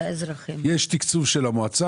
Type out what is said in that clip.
יש תקצוב של המועצה,